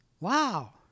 Wow